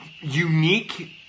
unique